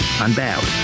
unbowed